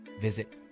visit